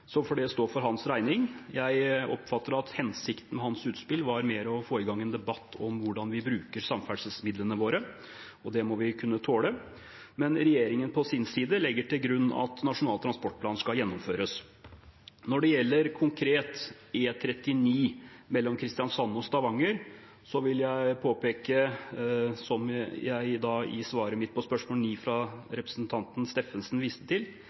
det stå for hans regning. Jeg oppfatter at hensikten med hans utspill mer var å få i gang en debatt om hvordan vi bruker samferdselsmidlene våre, og det må vi kunne tåle. Men regjeringen på sin side legger til grunn at Nasjonal transportplan skal gjennomføres. Når det konkret gjelder E39 mellom Kristiansand og Stavanger, vil jeg påpeke – som jeg viste til i svaret mitt på spørsmål 9 fra representanten Steffensen